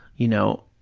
you know,